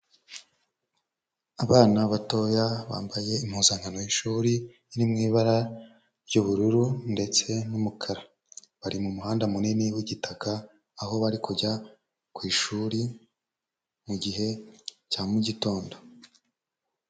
Abana batoya bambaye impuzankano y'ishuri iri mu ibara ry'ubururu ndetse n'umukara, bari mu muhanda munini w'igitaka aho bari kujya ku ishuri mu gihe cya mugitondo.